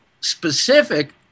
specific